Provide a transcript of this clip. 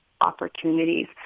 opportunities